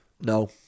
No